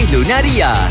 Lunaria